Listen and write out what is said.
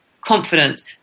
confidence